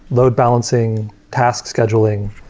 load-balancing, task scheduling,